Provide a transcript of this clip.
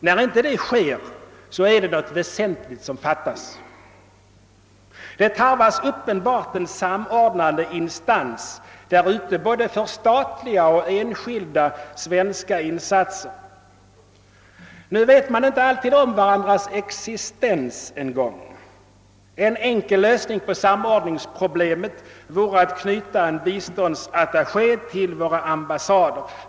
När detta inte sker är det något väsentligt som fattas. Det tarvas uppenbarligen en samordnande instans där ute för både statliga och enskilda svenska insatser. Nu vet de som deltar i projekten inte alltid om varandras existens. En enkel lösning på samordningsproblemet vore att knyta en biståndsattaché till våra ambassader.